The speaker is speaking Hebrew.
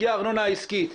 זאת הארנונה העסקית.